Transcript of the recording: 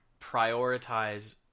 prioritize